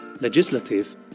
legislative